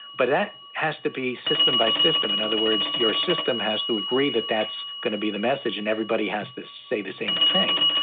but that has to be system by system. in other words, your system has to agree that that's going to be the message and everybody has to say the same thing.